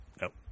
nope